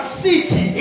city